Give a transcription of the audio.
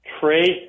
trade